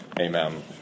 Amen